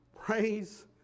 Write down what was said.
Praise